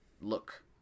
look